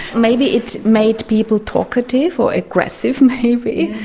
maybe it made people talkative or aggressive maybe.